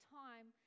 time